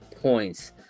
points